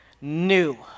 New